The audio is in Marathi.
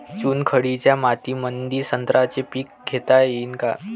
चुनखडीच्या मातीमंदी संत्र्याचे पीक घेता येईन का?